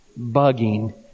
bugging